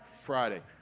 Friday